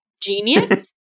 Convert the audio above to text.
genius